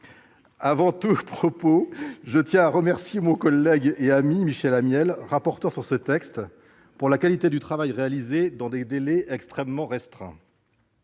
Avant tout, je tiens à remercier mon collègue et ami, Michel Amiel, rapporteur de ce texte, de la qualité du travail réalisé dans des délais très restreints.